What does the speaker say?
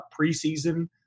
preseason